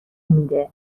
میده